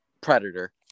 Predator